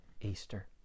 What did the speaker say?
Easter